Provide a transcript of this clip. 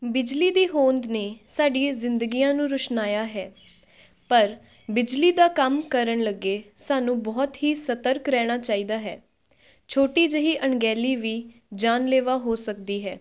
ਬਿਜਲੀ ਦੀ ਹੋਂਦ ਨੇ ਸਾਡੀ ਜ਼ਿੰਦਗੀਆਂ ਨੂੰ ਰੁਸ਼ਨਾਇਆ ਹੈ ਪਰ ਬਿਜਲੀ ਦਾ ਕੰਮ ਕਰਨ ਲੱਗੇ ਸਾਨੂੰ ਬਹੁਤ ਹੀ ਸਤਰਕ ਰਹਿਣਾ ਚਾਹੀਦਾ ਹੈ ਛੋਟੀ ਜਿਹੀ ਅਣਗਹਿਲੀ ਵੀ ਜਾਨਲੇਵਾ ਹੋ ਸਕਦੀ ਹੈ